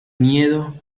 miedo